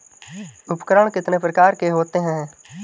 उपकरण कितने प्रकार के होते हैं?